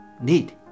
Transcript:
need